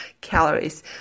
calories